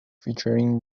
featuring